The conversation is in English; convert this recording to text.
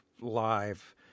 live